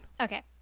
Okay